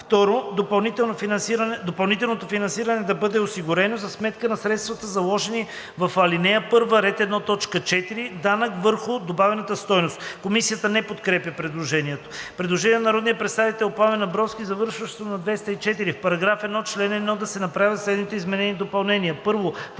2. Допълнителното финансиране да бъде осигурено за сметка на средствата, заложени в ал. 1, ред 1.4. „Данък върху добавената стойност“.“ Комисията не подкрепя предложението. Предложение на народния представител Пламен Абровски, завършващо на 204: „В § 1, чл. 1 да се направят следните изменения и допълнения: